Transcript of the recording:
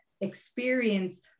experience